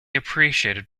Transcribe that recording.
appreciated